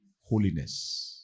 Holiness